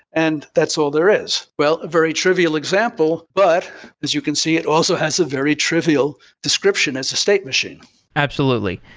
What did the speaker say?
and that's all there is. well, a very trivial example, but as you can see it also has a very trivial description as a state machine absolutely.